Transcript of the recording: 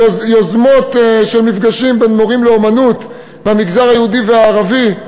יוזמות של מפגשים בין מורים לאמנות במגזר היהודי ובמגזר הערבי,